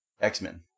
X-Men